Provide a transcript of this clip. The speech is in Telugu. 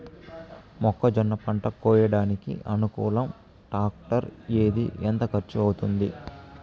మొక్కజొన్న పంట కోయడానికి అనుకూలం టాక్టర్ ఏది? ఎంత ఖర్చు అవుతుంది?